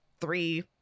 three